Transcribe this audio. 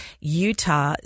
Utah